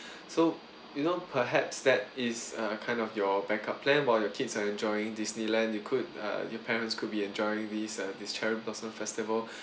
so you know perhaps that is uh kind of your backup plan while your kids are enjoying disneyland you could uh your parents could be enjoying this uh this cherry blossom festival